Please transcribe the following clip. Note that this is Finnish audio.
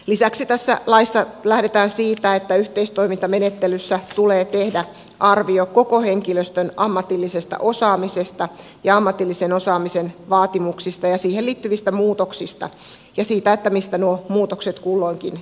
lisäksi tässä laissa lähdetään siitä että yhteistoimintamenettelyssä tulee tehdä arvio koko henkilöstön ammatillisesta osaamisesta ja ammatillisen osaamisen vaatimuksista ja niihin liittyvistä muutoksista ja siitä mistä nuo muutokset kulloinkin johtuvat